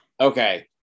Okay